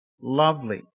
Lovely